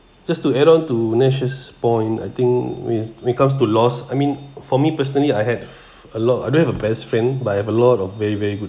just to add on to nesh 's point I think when when comes to lost I mean for me personally I have a lot I don't have a best friend but I have a lot of very very good